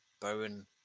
Bowen